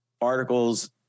articles